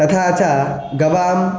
तथा च गवाम्